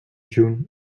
june